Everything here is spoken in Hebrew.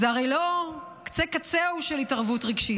זה הרי לא קצה-קָצֶהָ של התערבות רגשית.